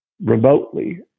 remotely